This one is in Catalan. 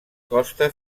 costa